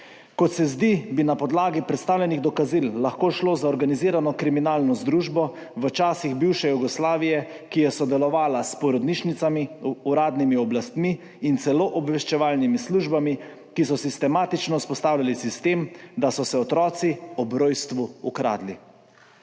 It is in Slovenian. Kot se zdi, bi na podlagi predstavljenih dokazil lahko šlo za organizirano kriminalno združbo v časih bivše Jugoslavije, ki je sodelovala s porodnišnicami, uradnimi oblastmi in celo obveščevalnimi službami, ki so sistematično vzpostavljali sistem, da so otroke ob rojstvu ukradli.